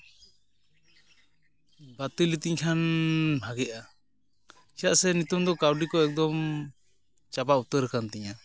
ᱵᱟᱹᱛᱤᱞ ᱞᱤᱛᱤᱧ ᱠᱷᱟᱱ ᱵᱷᱟᱜᱮᱜᱼᱟ ᱪᱮᱫᱟᱜ ᱥᱮ ᱱᱤᱛᱳᱜ ᱫᱚ ᱠᱟᱹᱣᱰᱤ ᱠᱚ ᱮᱠᱫᱚᱢ ᱪᱟᱵᱟ ᱩᱛᱟᱹᱨ ᱟᱠᱟᱱ ᱛᱤᱧᱟᱹ